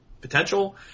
potential